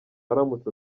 aramutse